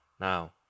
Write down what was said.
Now